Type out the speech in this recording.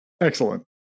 Excellent